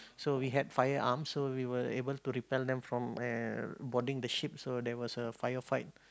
so we had firearms so we were able to repel them from uh boarding the ship so there was a fire fight